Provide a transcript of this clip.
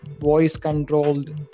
voice-controlled